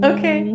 Okay